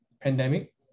pandemic